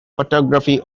photography